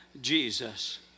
Jesus